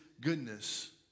goodness